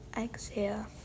Exhale